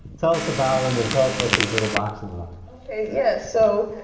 tell us about em and tell us what these little boxes are. okay, yeah, so.